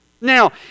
Now